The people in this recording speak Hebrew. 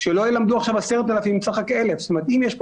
שלא ילמדו עכשיו 10,000 אם צריך רק 1,000. אם יש פה